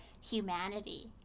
humanity